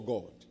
God